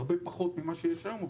הרבה פחות ממה שיש היום,